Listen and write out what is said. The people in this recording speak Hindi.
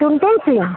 टुनटुन सिंह